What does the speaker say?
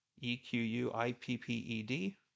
E-Q-U-I-P-P-E-D